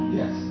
yes